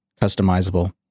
customizable